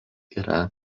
yra